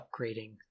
upgrading